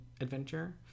adventure